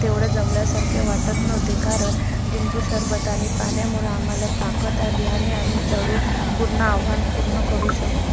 तेवढे दमल्यासारखे वाटत नव्हते कारण लिंबू शरबत आणि पाण्यामुळं आम्हाला ताकत आली आणि आम्ही चढून पूर्ण आव्हान पूर्ण करू शकलो